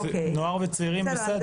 נוער וצעירים בסדר.